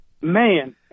man